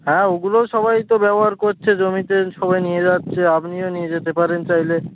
হ্যাঁ ওগুলো সবাই তো ব্যবহার করছে জমিতে সবাই নিয়ে যাচ্ছে আপনিও নিয়ে যেতে পারেন চাইলে